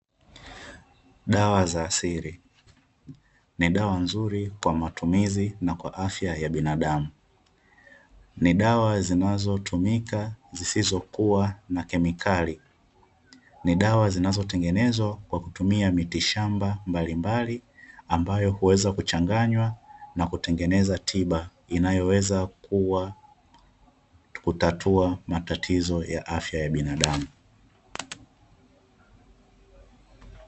Dawa za asili ni dawa nzuri kwa matumizi na kwa afya ya binadamu ni dawa zinazotumika zisizokuwa na kemikali, ni dawa zinazotengenezwa kwa kutumia miti shamba mbalimbali ambayo huweza kuchanganywa na kutengeneza tiba inayoweza kutatua matatizo ya afya ya binadamu.